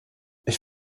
ich